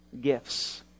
gifts